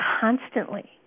constantly